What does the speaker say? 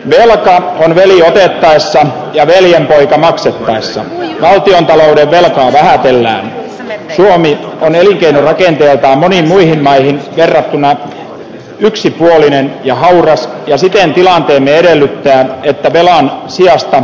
vielä tässä vaiheessa vielä ville venell elinkeinorakenteeltaan moniin muihin maihin verrattuna yksipuolinen ja hauras ja siten tilanteemme edellyttää että velan sijasta kasvatamme puskureita